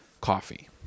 coffee